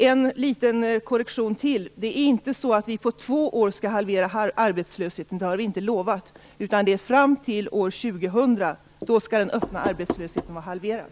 En liten korrektion till: Det är inte så att vi på två år skall halvera arbetslösheten. Det har vi inte lovat. Det är fram till år 2000 som den öppna arbetslösheten skall vara halverad.